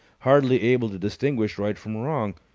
hardly able to distinguish right from wrong.